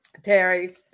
Terry